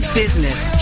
business